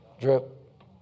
Drip